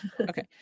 Okay